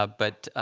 ah but,